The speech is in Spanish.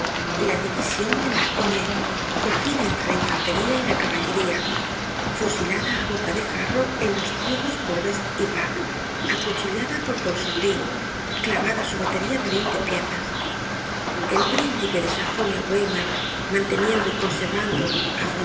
la division marcognet cogida entre la infantería y la caballería fusilada á boca de jarro en los trigos por best y pack acuchillada por ponsomby clavada su batería de veinte piezas el príncipe de sajonia weimar manteniendo y conservando